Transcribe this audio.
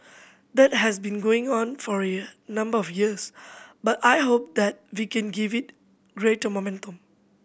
that has been going on for a number of years but I hope that we can give it greater momentum